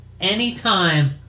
anytime